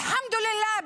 אלחמדולילה,